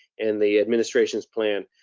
and the administration's plan.